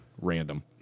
random